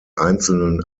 einzelnen